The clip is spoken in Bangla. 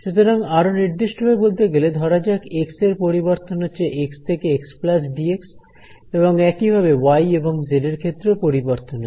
সুতরাং আরো নির্দিষ্টভাবে বলতে গেলে ধরা যাক এক্স এর পরিবর্তন হচ্ছে এক্স থেকে x plus d x xdx এবং একই ভাবে ওয়াই এবং জেড এর ক্ষেত্রে ও পরিবর্তন হচ্ছে